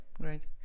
great